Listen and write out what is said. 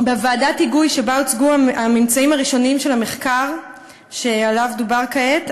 בוועדת ההיגוי שבה הוצגו הממצאים הראשוניים של המחקר שעליו דובר כעת,